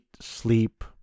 sleep